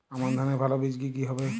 আমান ধানের ভালো বীজ কি কি হবে?